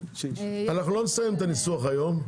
אנחנו לא נסיים את הניסוח היום.